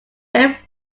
very